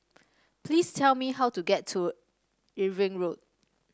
please tell me how to get to Irving Road